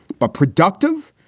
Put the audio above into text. but productive,